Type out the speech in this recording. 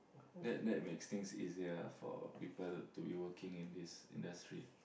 that that makes things easier for people to be working in this industry